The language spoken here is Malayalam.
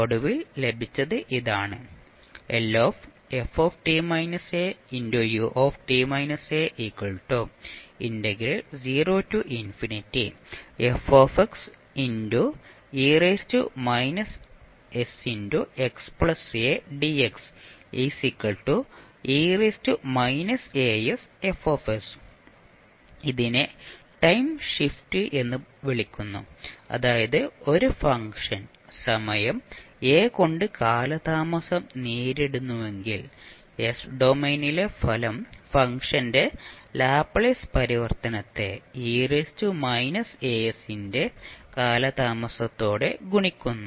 ഒടുവിൽ ലഭിച്ചത് ഇതാണ് ഇതിനെ ടൈം ഷിഫ്റ്റ് എന്ന് വിളിക്കുന്നു അതായത് ഒരു ഫംഗ്ഷൻ സമയം a കൊണ്ട് കാലതാമസം നേരിടുന്നുവെങ്കിൽ s ഡൊമെയ്നിലെ ഫലം ഫംഗ്ഷന്റെ ലാപ്ലേസ് പരിവർത്തനത്തെ ന്റെ കാലതാമസത്തോടെ ഗുണിക്കുന്നു